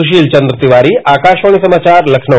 सुशील चन्द्र तिवारी आकाशवाणी समाचार लखनऊ